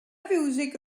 fiwsig